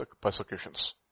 persecutions